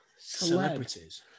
Celebrities